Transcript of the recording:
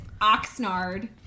Oxnard